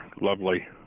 lovely